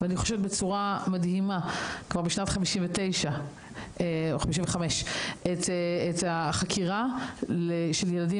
ואני חושבת בצורה מדהימה כבר בשנת 1955 את החקירה של ילדים